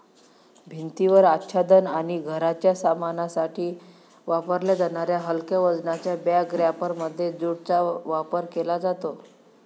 भिंतीवर आच्छादन आणि घराच्या सामानासाठी वापरल्या जाणाऱ्या हलक्या वजनाच्या बॅग रॅपरमध्ये ज्यूटचा वापर केला जातो